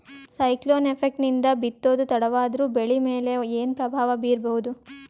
Cyclone effect ನಿಂದ ಬಿತ್ತೋದು ತಡವಾದರೂ ಬೆಳಿ ಮೇಲೆ ಏನು ಪ್ರಭಾವ ಬೀರಬಹುದು?